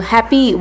Happy